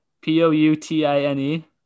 p-o-u-t-i-n-e